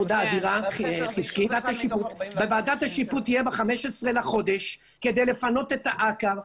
שעושה עבודה אדירה בוועדת השיפוט שתהיה ב-15 בחודש כדי לפנות את העקר,